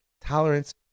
tolerance